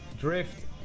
Drift